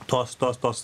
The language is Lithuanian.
tos tos tos